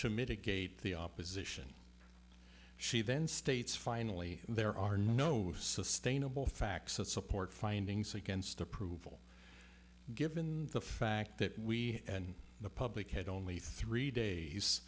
to mitigate the opposition she then states finally there are no sustainable facts of support findings against approval given the fact that we and the public had only three days